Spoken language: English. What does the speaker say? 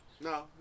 no